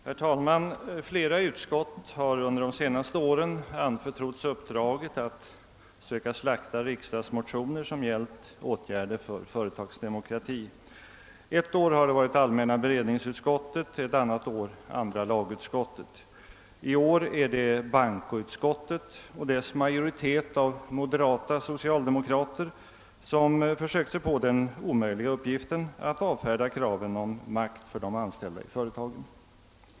Herr talman! Flera utskott har under de senaste åren anförtrotts uppdraget att slakta riksdagsmotioner som gällt åtgärder för företagsdemokrati. Ett år har det varit allmänna beredningsutskottet, ett annat år andra lagutskottet. I år är det bankoutskottet och dess majoritet av moderata socialdemokrater som försökt sig på den omöjliga uppgiften att avfärda kraven på makt för de anställda i företagen.